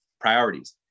priorities